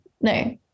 No